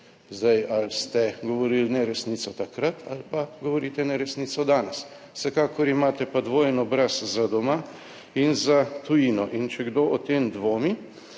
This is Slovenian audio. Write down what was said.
Zdaj, ali ste govorili neresnico takrat ali pa govorite neresnico danes, vsekakor imate pa dvojen obraz, za doma in za tujino in če kdo o tem dvomi,